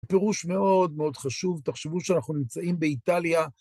פירוש מאוד מאוד חשוב, תחשבו שאנחנו נמצאים באיטליה.